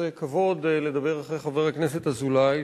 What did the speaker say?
זה כבוד לדבר אחרי חבר הכנסת דוד אזולאי,